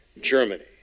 Germany